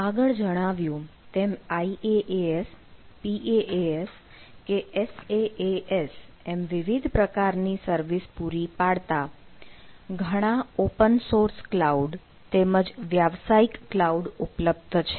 આગળ જણાવ્યું તેમ IaaS PaaS કે SaaS એમ વિવિધ પ્રકારની સર્વિસ પૂરી પાડતા ઘણા ઓપન સોર્સ ક્લાઉડ તેમજ વ્યવસાયિક ક્લાઉડ ઉપલબ્ધ છે